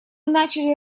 начали